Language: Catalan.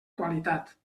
qualitat